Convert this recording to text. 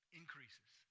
increases